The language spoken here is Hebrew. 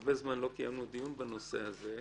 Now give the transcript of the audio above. הרבה זמן לא קיימנו דיון בנושא הזה,